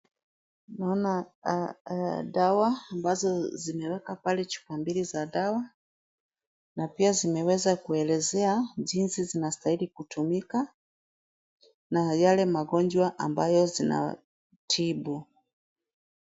Naona dawa ambazo zimewekwa pale chupa mbili za dawa na pia zimeweza kuelezea jinsi zinastahili kutumika na yale magonjwa ambayo zinatibu.